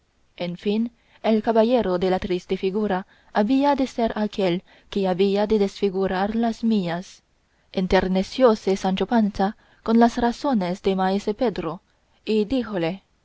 en fin el caballero de la triste figura había de ser aquel que había de desfigurar las mías enternecióse sancho panza con las razones de maese pedro y díjole no